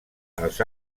els